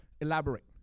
elaborate